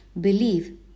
Believe